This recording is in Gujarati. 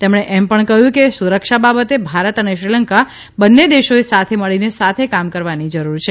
તેમણે એમ પણ કહ્યું કે સુરક્ષા બાબતે ભારત અને શ્રીલંકા બન્ને દેશોએ સાથે મળીને સાથે કામ કરવાની જરૂર છે